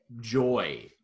joy